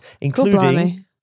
including